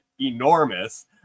enormous